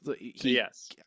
Yes